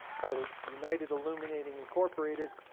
titled united illuminating incorporated,